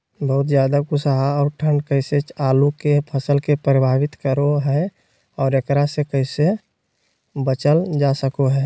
बहुत ज्यादा कुहासा और ठंड कैसे आलु के फसल के प्रभावित करो है और एकरा से कैसे बचल जा सको है?